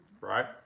Right